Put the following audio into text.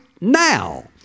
now